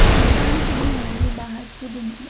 i'm trying to be normal but i couldn't,